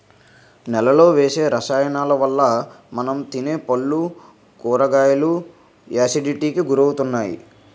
నేలలో వేసే రసాయనాలవల్ల మనం తినే పళ్ళు, కూరగాయలు ఎసిడిటీకి గురవుతున్నాయి